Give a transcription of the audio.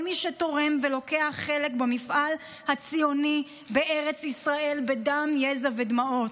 כל מי שתורם ולוקח חלק במפעל הציוני בארץ ישראל בדם יזע ודמעות.